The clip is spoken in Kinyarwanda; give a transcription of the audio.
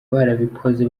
barabikoze